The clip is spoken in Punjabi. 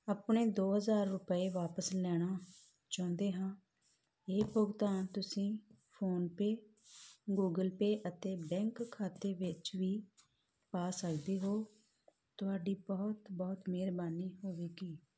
ਆਪਣੇ ਦੋ ਹਜ਼ਾਰ ਰੁਪਏ ਵਾਪਿਸ ਲੈਣਾ ਚਾਹੁੰਦੇ ਹਾਂ ਇਹ ਭੁਗਤਾਨ ਤੁਸੀਂ ਫੋਨ ਪੇ ਗੂਗਲ ਪੇ ਅਤੇ ਬੈਂਕ ਖਾਤੇ ਵਿੱਚ ਵੀ ਪਾ ਸਕਦੇ ਹੋ ਤੁਹਾਡੀ ਬਹੁਤ ਬਹੁਤ ਮਿਹਰਬਾਨੀ ਹੋਵੇਗੀ